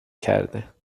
کرده